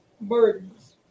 Burdens